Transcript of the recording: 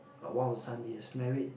but one of the son is married